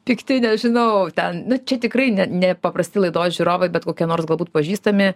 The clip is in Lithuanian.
tiktai nežinau ten na čia tikrai ne nepaprasti laidos žiūrovai bet kokie nors galbūt pažįstami